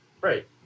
right